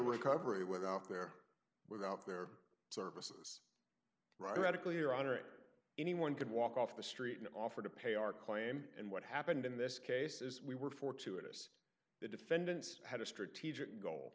recovery without their without their services radically or on or anyone could walk off the street and offer to pay our claim and what happened in this case is we were fortuitous the defendants had a strategic goal